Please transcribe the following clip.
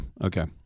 okay